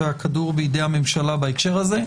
והכדור בידי הממשלה בהקשר הזה.